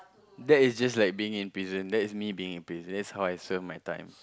that is just like being in prison that's me being in prison that's how I serve my time